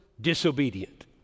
disobedient